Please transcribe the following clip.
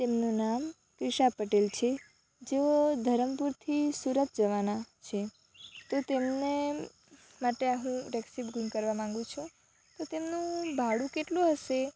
તેમનું નામ ત્રિશા પટેલ છે જેઓ ધરમપુરથી સુરત જવાનાં છે તો તેમને માટે હું ટેક્સી બુકિંગ કરવા માગું છું તો તેમનું ભાડું કેટલું હશે